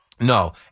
No